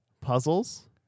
Puzzles